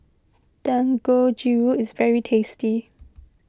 Dangojiru is very tasty